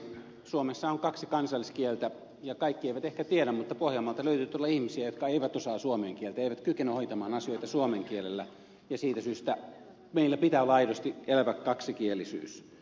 suomessa on kaksi kansalliskieltä ja kaikki eivät ehkä tiedä mutta pohjanmaalta löytyy todella ihmisiä jotka eivät osaa suomen kieltä eivät kykene hoitamaan asioita suomen kielellä ja siitä syystä meillä pitää olla aidosti elävä kaksikielisyys